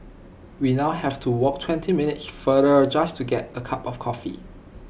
we now have to walk twenty minutes farther just to get A cup of coffee